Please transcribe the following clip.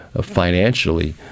financially